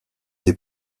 des